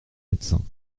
médecins